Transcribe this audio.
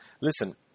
listen